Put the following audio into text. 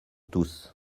tous